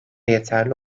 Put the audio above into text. yeterli